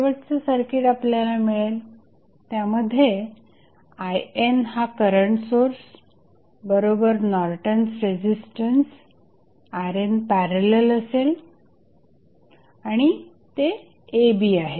शेवटचे सर्किट आपल्याला मिळेल त्यामध्ये IN हा करंट सोर्स बरोबर नॉर्टन्स रेझिस्टन्स RN पॅरलल असेल आणि ते a b आहेत